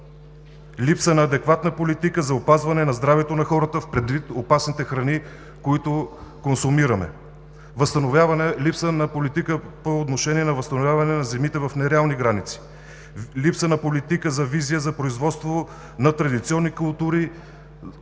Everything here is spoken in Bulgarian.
липса на адекватна политика за опазване на здравето на хората предвид опасните храни, които консумираме. Възстановяване липса на политика по отношение на възстановяване на земите в нереални граници. Липса на политика на визия за производство на традиционни култури,